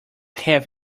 have